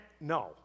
no